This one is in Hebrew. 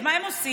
אז מה הם עושים?